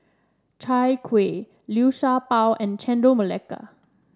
Chai Kueh Liu Sha Bao and Chendol Melaka